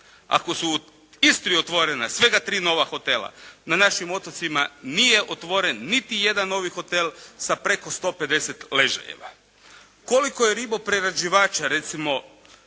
Ako su u Istri otvorena svega tri nova hotela na našim otocima nije otvoren niti jedan novi hotel sa preko sto pedeset ležajeva. Koliko je riboprerađivača recimo